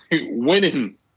winning